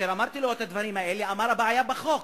אמרתי לו את הדברים האלה, הוא אמר: הבעיה בחוק.